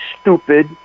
stupid